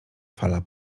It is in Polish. fala